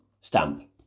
stamp